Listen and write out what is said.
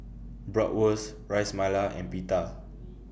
Bratwurst Ras Malai and Pita